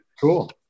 Cool